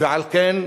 ועל כן,